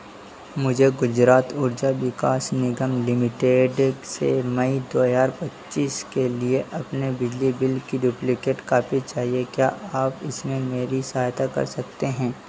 मुझे गुजरात ऊर्जा विकास निगम लिमिटेड से मई दो हज़ार पच्चीस के लिए अपने बिजली बिल की डुप्लिकेट कापी चाहिए क्या आप इसमें मेरी सहायता कर सकते हैं